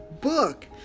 book